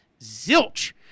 zilch